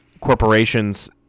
corporations